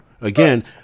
again